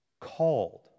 called